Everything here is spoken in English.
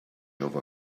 over